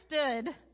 understood